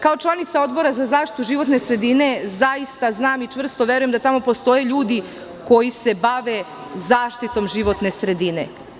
Kao članica Odbora za zaštitu životne sredine, zaista znam i čvrsto verujem da tamo postoje ljudi koji se bave zaštitom životne sredine.